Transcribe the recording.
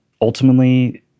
ultimately